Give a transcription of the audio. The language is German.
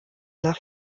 nach